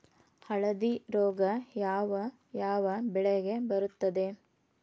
ಹಳದಿ ರೋಗ ಯಾವ ಯಾವ ಬೆಳೆಗೆ ಬರುತ್ತದೆ?